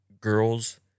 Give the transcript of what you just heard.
girls